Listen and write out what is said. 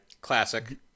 classic